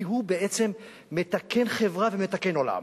כי הוא בעצם מתקן חברה ומתקן עולם,